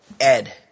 Ed